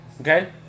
Okay